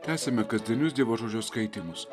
tęsiame kasdienius dievo žodžio skaitymus